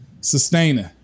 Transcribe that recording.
sustaining